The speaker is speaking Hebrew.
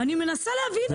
אני מנסה להבין את זה.